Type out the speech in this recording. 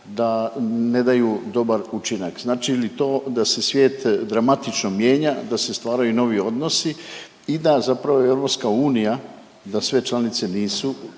da ne daju dobar učinak. Znači li to da svijet dramatično mijenja, da se stvaraju novi odnosi i da zapravo EU da sve članice nisu